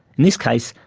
in this case,